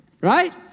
right